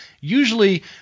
Usually